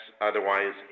otherwise